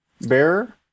bearer